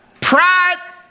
Pride